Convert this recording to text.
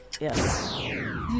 Yes